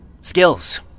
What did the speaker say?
Skills